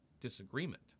disagreement